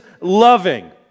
loving